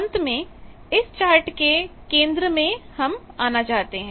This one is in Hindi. अंत में हम इस चार्ट के केंद्र में आना चाहते हैं